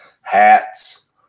hats